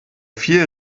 viel